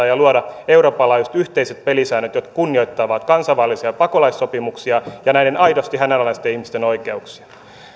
ja luoda eurooppalaiset yhteiset pelisäännöt jotka kunnioittavat kansainvälisiä pakolaissopimuksia ja näiden aidosti hädänalaisten ihmisten oikeuksia